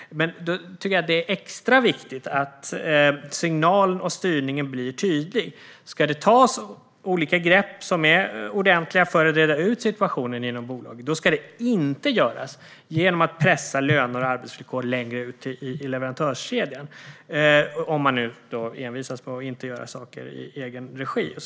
Därför tycker jag att det är extra viktigt att signalen och styrningen blir tydlig. Ska det tas olika grepp som är ordentliga för att reda ut situationen inom bolaget ska det inte göras genom att pressa löner och arbetsvillkor längre ut i leverantörskedjan, om man nu envisas med att inte göra saker i egen regi.